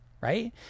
right